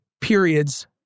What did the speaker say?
periods